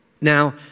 Now